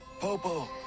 Popo